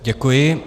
Děkuji.